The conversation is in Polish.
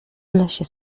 lesie